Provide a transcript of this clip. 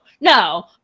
no